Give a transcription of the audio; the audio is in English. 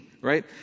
Right